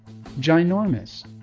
ginormous